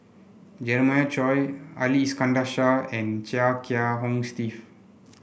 Jeremiah Choy Ali Iskandar Shah and Chia Kiah Hong Steve